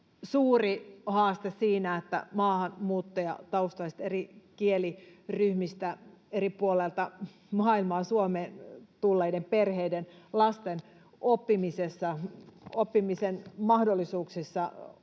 suuri haaste siinä, että maahanmuuttajataustaisten, eri kieliryhmistä, eri puolilta maailmaa Suomeen tulleiden perheiden lasten oppimisen mahdollisuuksissa